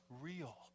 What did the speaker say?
real